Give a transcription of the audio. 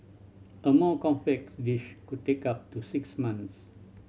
a more complex dish could take up to six months